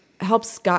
helps